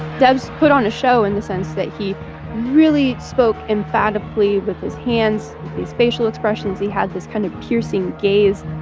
debs put on a show in the sense that he really spoke emphatically with his hands, with these facial expressions. he had this kind of piercing gaze.